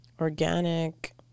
organic